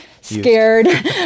scared